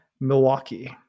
Milwaukee